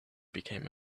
became